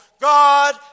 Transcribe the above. God